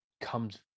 comes